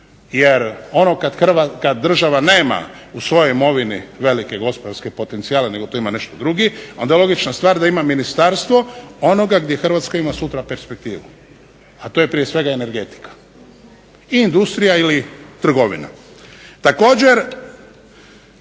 jer ono kad država nema u svojoj imovini velike gospodarske potencijale nego to ima nešto drugi onda logična stvar da ima Ministarstvo onoga gdje Hrvatska ima sutra perspektivu, a to je prije svega energetika i industrija ili trgovina. Također,